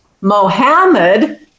Mohammed